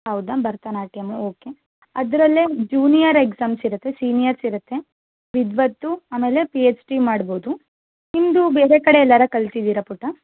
ಹೌದಾ ಭರತನಾಟ್ಯಮ್ಮಾ ಓಕೆ ಅದರಲ್ಲೇ ಜೂನಿಯರ್ ಎಕ್ಸಾಮ್ಸ್ ಇರತ್ತೆ ಸೀನಿಯರ್ಸ್ ಇರತ್ತೆ ವಿದ್ವತ್ತು ಆಮೇಲೆ ಪಿ ಎಚ್ ಡಿ ಮಾಡಬಹುದು ನಿಮ್ಮದು ಬೇರೆ ಕಡೆ ಎಲ್ಲಾದ್ರೂ ಕಲ್ತಿದ್ದೀರಾ ಪುಟ್ಟ